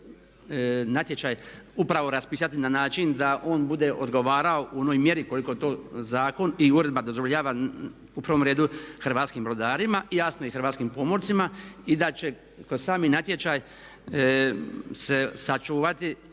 natječaj upravo raspisati na način da on bude odgovarao u onoj mjeri koliko to zakon i uredba dozvoljava, u prvom redu hrvatskim brodarima i jasno i hrvatskim pomorcima. I da će kroz sami natječaj se sačuvati